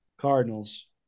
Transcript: Cardinals